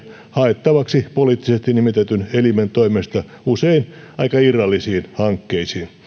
haettavaksi poliittisesti nimitetyn elimen toimesta usein aika irrallisiin hankkeisiin